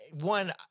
one